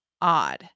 odd